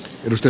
risto